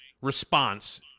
response